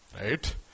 Right